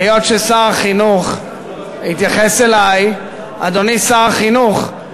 היות ששר החינוך התייחס אלי, אדוני שר החינוך,